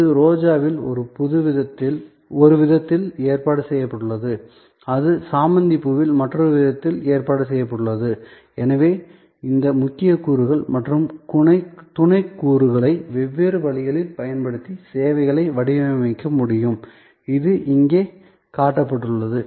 இது ரோஜாவில் ஒரு விதத்தில் ஏற்பாடு செய்யப்பட்டுள்ளது அது சாமந்தி பூவில் மற்றொரு விதத்தில் ஏற்பாடு செய்யப்பட்டுள்ளது எனவே இந்த முக்கிய கூறுகள் மற்றும் துணை கூறுகளை வெவ்வேறு வழிகளில் பயன்படுத்தி சேவைகளை வடிவமைக்க முடியும் அது இங்கே காட்டப்பட்டுள்ளது